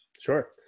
Sure